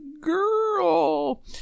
girl